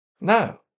No